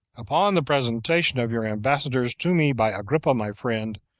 upon the presentation of your ambassadors to me by agrippa, my friend,